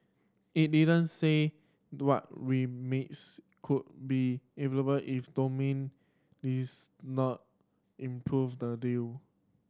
it didn't say what could be available if this not improve the deal